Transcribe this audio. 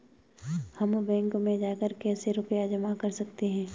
हम बैंक में जाकर कैसे रुपया जमा कर सकते हैं?